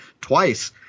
twice